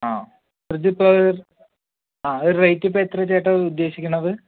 ആ ഫ്രിഡ്ജ് ഇപ്പോൾ റേറ്റ് ഇപ്പോൾ ആ എത്ര ചേട്ടൻ ഉദ്ദേശിക്കുന്നത്